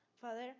Father